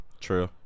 True